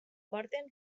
porten